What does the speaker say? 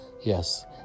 Yes